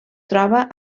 troba